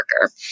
worker